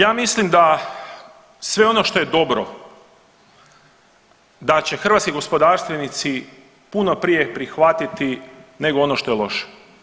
Ja mislim da sve ono što je dobro da će hrvatski gospodarstvenici puno prije prihvatiti nego ono što je loše.